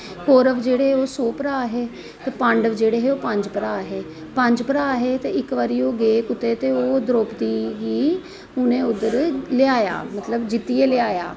कोरव जेहडे़ हे ओह् सौ भ्रा हे ते पांडव जेहडे़ हे ओह् पंज भ्रा हे पंज भ्रा हे ते इक बारी ओह् गे कुतै ओह् ते ओह् द्रौपदी गी उनें उद्धर लेआया मतलब जित्त ले आया